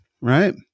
right